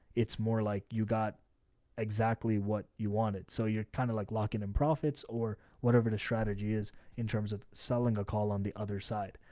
it's more like you got exactly what you want it. so you're kind of like locking in profits or whatever the strategy is in terms of selling a call on the other side.